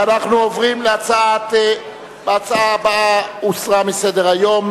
ההצעה הבאה ירדה מסדר-היום.